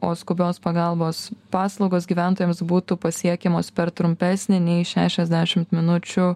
o skubios pagalbos paslaugos gyventojams būtų pasiekiamos per trumpesnį nei šešiasdešimt minučių